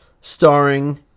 starring